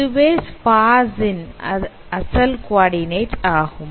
இதுவே ஸ்பார்ஸ் ன் அசல் குவடிநெட ஆகும்